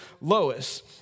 Lois